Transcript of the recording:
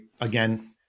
again